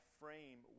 frame